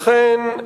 לכן,